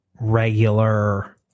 regular